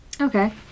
Okay